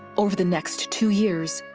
over the next two years,